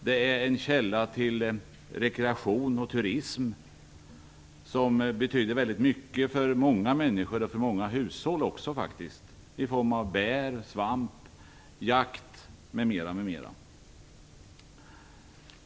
Det är en källa till rekreation och turism som betyder väldigt mycket för många människor och för många hushåll också faktiskt, i form av bär, svamp, jakt m.m.